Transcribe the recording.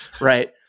right